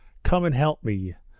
come and help me,